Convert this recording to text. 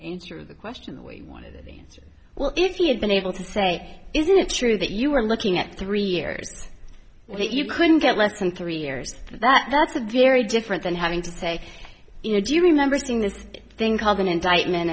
answer the question the way he wanted well if he had been able to say isn't it true that you were looking at three years well that you couldn't get less than three years that that's a very different than having to say you know do you remember seeing this thing called an indictment